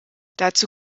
dazu